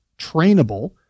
trainable